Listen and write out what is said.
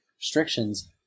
restrictions